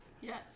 Yes